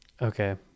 okay